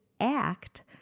act